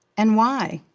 and why?